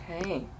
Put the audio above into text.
Okay